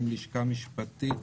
לשכה משפטית,